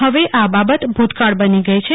હવે આ બાબત ભૂતકાળ બની ગઈ છે